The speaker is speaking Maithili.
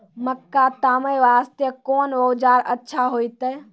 मक्का तामे वास्ते कोंन औजार अच्छा होइतै?